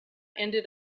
ended